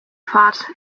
pfad